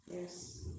yes